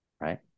right